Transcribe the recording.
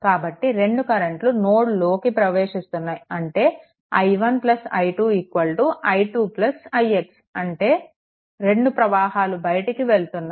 కాబట్టి రెండు కరెంట్ లు నోడ్లోకి ప్రవేశిస్తోంది అంటే i1 i2 i2 ix అంటే 2 ప్రవాహాలు బయటికి వెళ్తున్నాయి